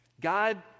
god